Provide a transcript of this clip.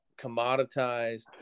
commoditized